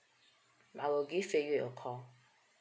I will give fei yue a call